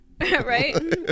Right